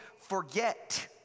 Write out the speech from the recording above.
forget